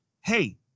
hey